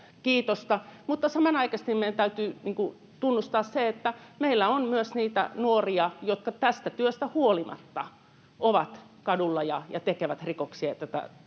kiitosta, mutta samanaikaisesti meidän täytyy tunnustaa se, että meillä on myös niitä nuoria, jotka tästä työstä huolimatta ovat kadulla ja tekevät rikoksia,